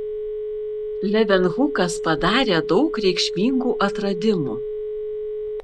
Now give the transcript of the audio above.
levenhukas padarė daug reikšmingų atradimų